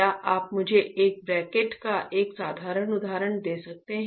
क्या आप मुझे एक ब्रैकट का एक साधारण उदाहरण दे सकते हैं